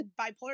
bipolar